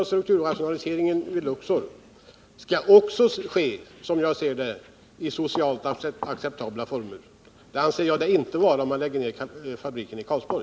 Strukturrationa liseringen vid Luxor måste ske i socialt acceptabla former. Det kravet anser jag inte uppfylls, om man lägger ned fabriken i Karlsborg.